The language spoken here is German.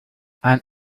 ein